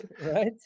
right